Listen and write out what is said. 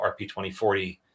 RP2040